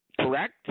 correct